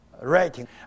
writing